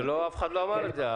אף אחד לא אמר את זה.